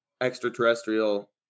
extraterrestrial